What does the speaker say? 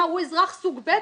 הוא אזרח סוג ב'?